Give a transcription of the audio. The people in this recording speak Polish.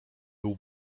był